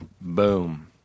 Boom